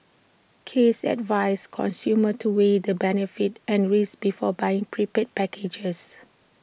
case advised consumers to weigh the benefits and risks before buying prepaid packages